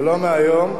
ולא מהיום,